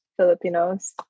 filipinos